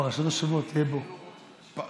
פרשת השבוע תהיה: בא.